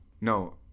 No